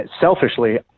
selfishly